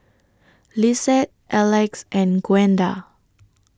Lissette Elex and Gwenda